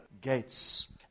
gates